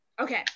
Okay